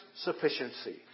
sufficiency